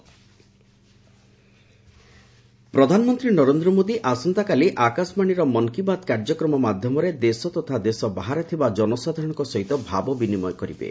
PM Mann Ki Baat ପ୍ରଧାନମନ୍ତ୍ରୀ ନରେନ୍ଦ୍ର ମୋଦି ଆସନ୍ତାକାଲି ଆକାଶବାଣୀର ମନ୍ କୀ ବାତ୍ କାର୍ଯ୍ୟକ୍ରମ ମାଧ୍ୟମରେ ଦେଶ ତଥା ଦେଶ ବାହାରେ ଥିବା ଜନସାଧାରଣଙ୍କ ସହିତ ଭାବ ବିନିମୟ କରିବେ